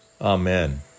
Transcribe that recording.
Amen